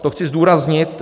To chci zdůraznit.